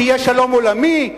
שיהיה שלום עולמי,